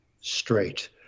straight